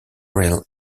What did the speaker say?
real